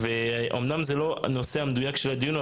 אומנם זה לא הנושא המדויק של הדיון,